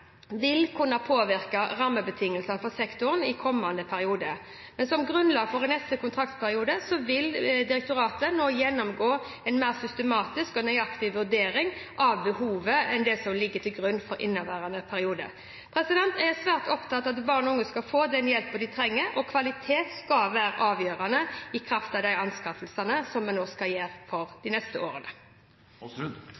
vil kunne påvirke rammebetingelsene for sektoren i kommende periode. Som grunnlag for neste kontraktsperiode vil direktoratet nå gjennomgå en mer systematisk og nøyaktig vurdering av behovet enn det som ligger til grunn for inneværende periode. Jeg er svært opptatt av at barn og unge skal få den hjelpen de trenger, og kvalitet skal være et avgjørende krav i de anskaffelsene vi skal gjøre de neste